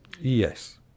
Yes